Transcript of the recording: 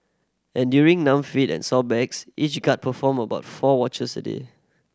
enduring numb feet and sore backs each guard performed about four watches a day